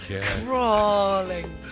crawling